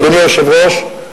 אדוני היושב-ראש,